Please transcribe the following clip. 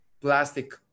plastic